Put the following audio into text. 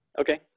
Okay